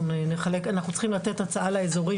אנחנו צריכים לתת הקצאה לאיזורים,